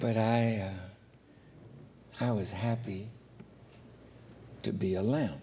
but i am i was happy to be a lam